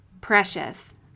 precious